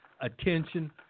attention